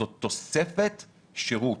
זאת תוספת שירות